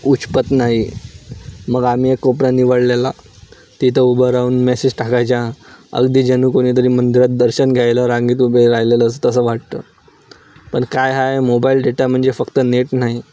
उच्पत नाही मग आम्ही एक कोपरा निवडलेला तिथं उभं राहून मेसेज टाकायच्या अगदी जणू कोणीतरी मंदिरात दर्शन घ्यायला रांगेत उभे राहिलेलं असं तसं वाटतं पण काय आहे मोबाईल डेटा म्हणजे फक्त नेट नाही